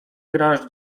grasz